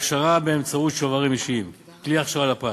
הכשרה באמצעות שוברים אישיים, כלי הכשרה לפרט: